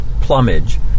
plumage